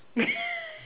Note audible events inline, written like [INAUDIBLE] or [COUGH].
[LAUGHS]